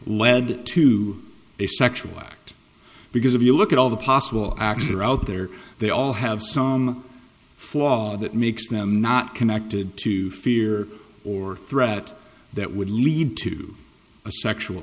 led to a sexual act because if you look at all the possible acts are out there they all have some flaw that makes them not connected to fear or threat that would lead to a sexual